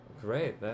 Great